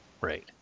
Right